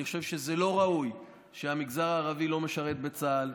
אני חושב שזה לא ראוי שהמגזר הערבי לא משרת בצה"ל,